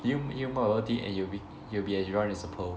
dr~ drink more bubble tea and you'll be you'll be as round as a pearl